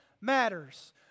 matters